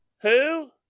Who